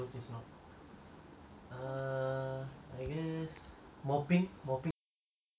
err I guess mopping mopping the household